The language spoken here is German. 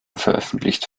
veröffentlicht